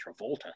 Travolta